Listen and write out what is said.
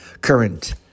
Current